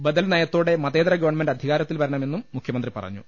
ബദൽ നയത്തോടെ ഗവൺമെന്റ് മതേ തര അധികാരത്തിൽ വരണമെന്നും മുഖ്യമന്ത്രി പറഞ്ഞു